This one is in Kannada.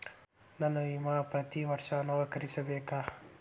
ನನ್ನ ವಿಮಾ ಪ್ರತಿ ವರ್ಷಾ ನವೇಕರಿಸಬೇಕಾ?